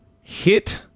hit